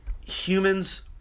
humans